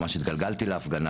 ממש התגלגלתי להפגנה,